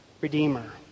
redeemer